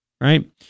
Right